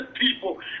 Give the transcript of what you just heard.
people